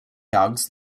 dogs